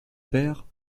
père